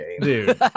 Dude